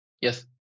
Yes